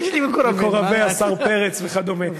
"מקורבי השר פרץ" וכדומה.